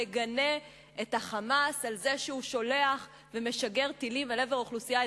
מגנה את ה"חמאס" על זה שהוא שולח ומשגר טילים אל עבר אוכלוסייה אזרחית?